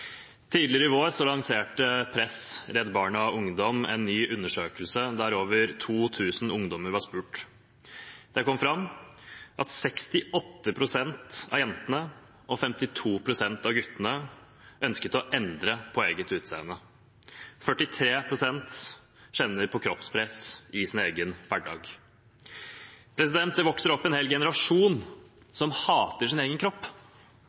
Tidligere i vår lanserte Press, Redd Barnas ungdomsorganisasjon, en ny undersøkelse der over 2 000 ungdommer var spurt. Det kom fram at 68 pst. av jentene og 52 pst. av guttene ønsket å endre på eget utseende. 43 pst. kjenner på kroppspress i sin egen hverdag. Det vokser opp en hel generasjon som hater sin egen kropp.